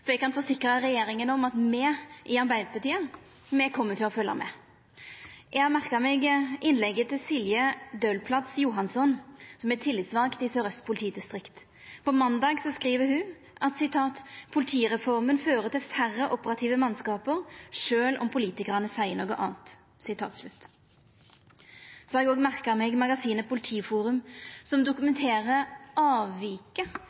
Eg kan forsikra regjeringa om at me i Arbeidarpartiet kjem til å følgja med. Eg har merka meg innlegget til Silje Dølplads Johansson, som er tillitsvald i Sør-Aust politidistrikt. På måndag skreiv ho: «Politireformen fører til færre operative mannskaper, selv om politikerne sier noe annet.» Så har eg òg merka meg at magasinet Politiforum